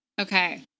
Okay